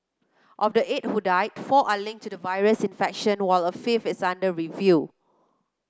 of the eight who died four are linked to the virus infection while a fifth is under review